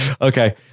okay